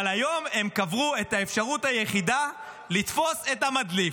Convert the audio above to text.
אבל היום הם קברו את האפשרות היחידה לתפוס את המדליף.